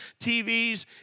TVs